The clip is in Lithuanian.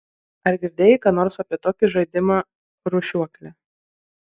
ar girdėjai ką nors apie tokį žaidimą rūšiuoklė